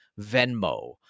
Venmo